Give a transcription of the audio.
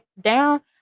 down